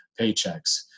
paychecks